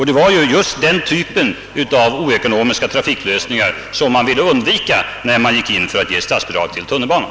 Det var ju också just denna typ av oekonomiska trafiklösningar man ville undvika när man beslöt ge statsbidrag åt tunnelbanan.